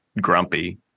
grumpy